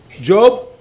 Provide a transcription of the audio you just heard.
Job